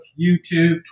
YouTube